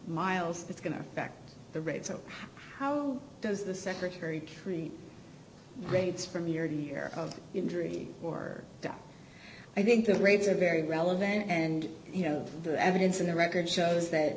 miles it's going to affect the rate so how does the secretary create grades from year to year of injury or i think the grades are very relevant and you know the evidence in the record shows that